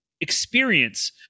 experience